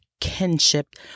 kinship